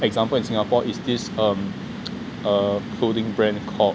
example in singapore is this um uh clothing brand called